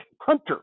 hunter